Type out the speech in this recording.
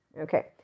Okay